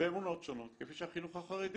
באמונות שונות כפי שהחינוך החרדי